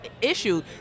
issue